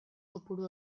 kopuru